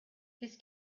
his